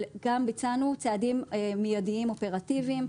אבל גם ביצענו צעדים מיידיים, אופרטיביים.